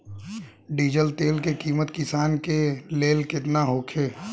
Diesel तेल के किमत किसान के लेल केतना होखे?